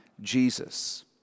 Jesus